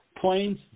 Planes